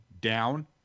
down